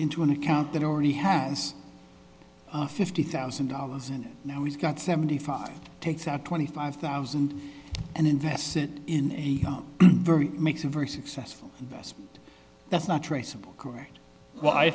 into an account that already has fifty thousand dollars and now he's got seventy five takes out twenty five thousand and invests it in a very makes a very successful investment that's not traceable correct well i